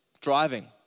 driving